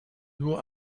nur